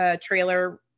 trailer